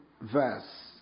verse